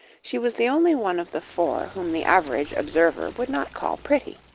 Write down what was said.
she was the only one of the four whom the average observer would not call pretty.